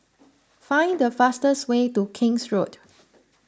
find the fastest way to King's Road